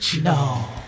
No